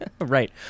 Right